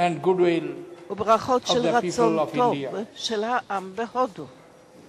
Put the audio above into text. וברכות של רצון טוב מהעם בהודו.